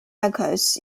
records